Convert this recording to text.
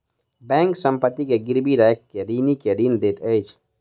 bank संपत्ति के गिरवी राइख के ऋणी के ऋण दैत अछि